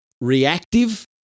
reactive